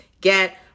get